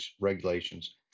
regulations